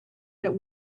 that